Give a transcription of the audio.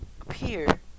appear